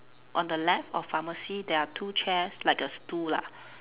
on the left of pharmacy there are two chairs like a stool lah